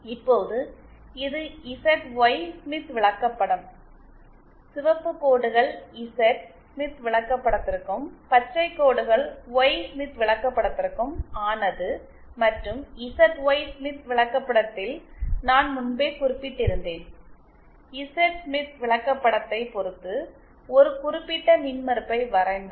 இப்போது இது Z Y Smith விளக்கப்படம் சிவப்பு கோடுகள் இசட் ஸ்மித் விளக்கப்படத்திற்கும் பச்சை கோடுகள் ஒய் ஸ்மித் விளக்கப்படத்திற்கும் ஆனது மற்றும் இசட்ஒய் ஸ்மித் விளக்கப்படத்தில் நான் முன்பே குறிப்பிட்டு இருந்தேன் இசட் ஸ்மித் விளக்கப்படத்தை பொறுத்து ஒரு குறிப்பிட்ட மின்மறுப்பை வரைந்தால்